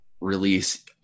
release